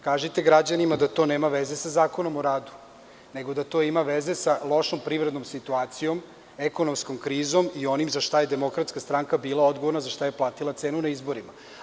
Kažite građanima da to nema veze sa zakonom o radu, nego da to ima veze sa lošom privrednom situacijom, ekonomskom krizom i onim za šta je DS bila odgovorna, za šta je platila cenu na izborima.